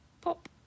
pop